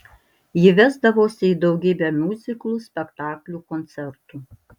ji vesdavosi į daugybę miuziklų spektaklių koncertų